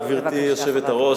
גברתי היושבת-ראש,